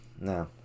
No